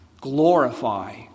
glorify